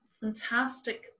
fantastic